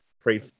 free